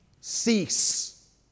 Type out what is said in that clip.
Cease